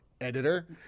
editor